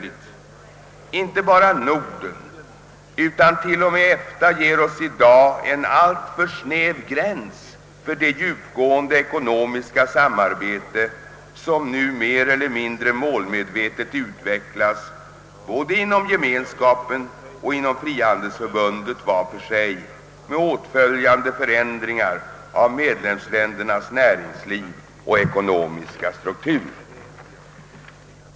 Inte bara Norden utan t.o.m. EFTA ger oss i dag ett alltför snävt utrymme för det djupgående ekonomiska samarbete som man nu mer eller mindre målmedvetet utvecklar inom både Gemenskapen och frihandelsförbundet var för sig, med åtföljande förändringar i medlemsländernas näringsliv och ekonomiska struktur.